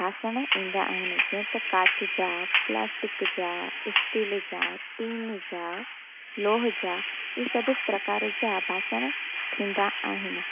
बासण ईंदा आहिनि जीअं त कांच जा प्लास्टिक जा इस्टील जा टिन जा लोह जा इहे सभु प्रकार जा बासण थींदा आहिनि